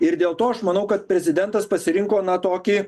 ir dėl to aš manau kad prezidentas pasirinko na tokį